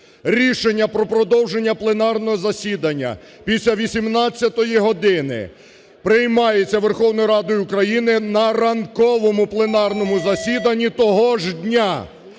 Рішення про продовження пленарного засідання після 18-ї години приймається Верховною Радою України на ранковому пленарному засіданні того ж дня.